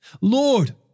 Lord